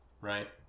Right